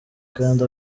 kandi